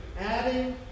adding